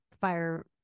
fire